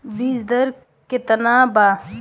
बीज दर केतना वा?